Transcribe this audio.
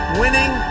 winning